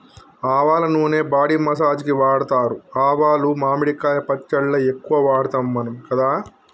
ఆవల నూనె body massage కి వాడుతారు ఆవాలు మామిడికాయ పచ్చళ్ళ ఎక్కువ వాడుతాం మనం కదా